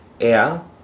air